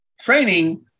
training